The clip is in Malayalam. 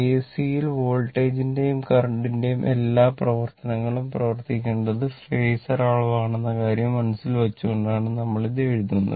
AC യിൽ വോൾട്ടേജിന്റെയും കറന്റിന്റെയും എല്ലാ പ്രവർത്തനങ്ങളും പ്രവർത്തിക്കേണ്ടത് ഫേസർ അളവുകളാണെന്ന കാര്യം മനസ്സിൽ വച്ചുകൊണ്ടാണ് നമ്മൾ ഇത് എഴുതുന്നത്